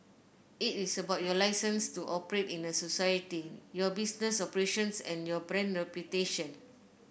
it is about your licence to operate in a society your business operations and your brand reputation